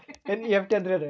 NEFT ಅಂದ್ರೆನು?